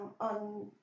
on